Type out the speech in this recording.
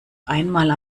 einmal